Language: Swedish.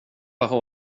bara